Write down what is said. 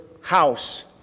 house